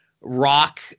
Rock